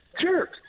Jerk